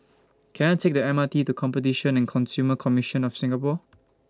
Can I Take The M R T to Competition and Consumer Commission of Singapore